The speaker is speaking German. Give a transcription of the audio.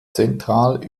zentral